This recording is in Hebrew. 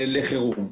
לחירום.